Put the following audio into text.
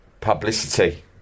publicity